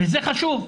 וזה חשוב.